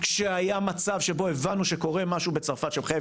כשהיה מצב שבו הבנו שקורה משהו בצרפת שמחייב